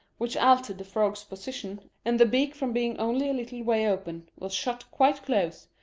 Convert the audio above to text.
which altered the frog's position, and the beak from being only a little way open was shut quite close,